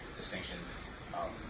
distinction